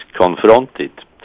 confronted